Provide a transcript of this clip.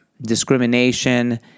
discrimination